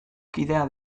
kidea